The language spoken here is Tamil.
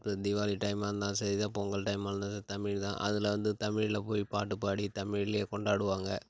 இப்போ தீபாவளி டைமாக இருந்தாலும் சரிதான் பொங்கல் டைமாக இருந்தாலும் தமிழ்தான் அதில் வந்து தமிழ்ல போய் பாட்டு பாடி தமிழ்லயே கொண்டாடுவாங்கள்